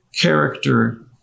character